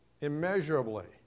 immeasurably